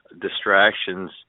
distractions